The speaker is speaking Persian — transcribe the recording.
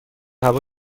هوا